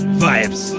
vibes